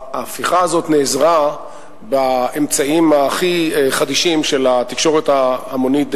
ההפיכה הזו נעזרה באמצעים הכי חדישים של התקשורת ההמונית דהיום.